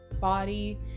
body